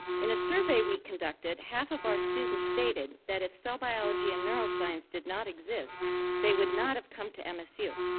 in a survey we conducted, half of our students stated that if cell biology and neuroscience did not exist they would not have come to msu.